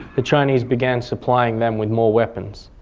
the chinese began supplying them with more weapons.